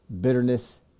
bitterness